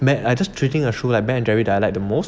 mad I just treating a shoe like Ben and Jerry that I like the most